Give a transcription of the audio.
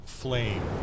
flame